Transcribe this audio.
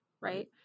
right